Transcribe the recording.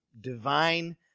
divine